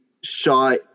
shot